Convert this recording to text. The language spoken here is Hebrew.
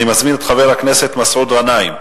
אני מזמין את חבר הכנסת מסעוד גנאים.